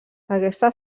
aquesta